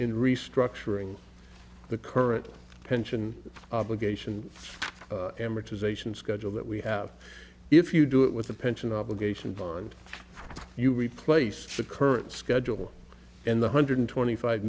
restructuring the current pension obligation amortization schedule that we have if you do it with the pension obligation bond you replace the current schedule in the hundred twenty five